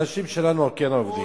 אנשים שלנו כן עובדים.